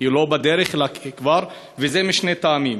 היא לא בדרך, אלא שם כבר, משני טעמים: